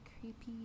creepy